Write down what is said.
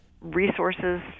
resources